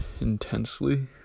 intensely